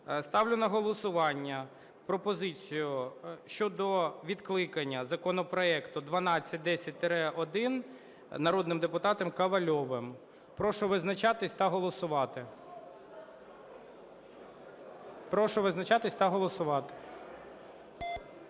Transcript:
Ставлю на голосування пропозицію щодо відкликання законопроекту 1210-1 народним депутатом Ковальовим. Прошу визначатись та голосувати.